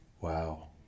Wow